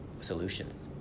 solutions